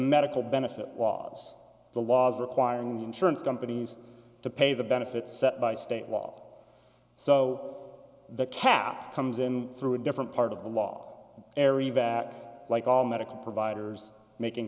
medical benefit was the laws requiring the insurance companies to pay the benefits set by state law so the cap comes in through a different part of the law area that like all medical providers making